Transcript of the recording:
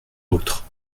autre